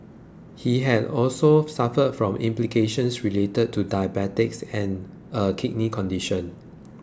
he had also suffered from complications related to diabetes and a kidney condition